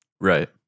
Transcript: Right